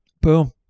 Boom